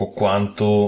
quanto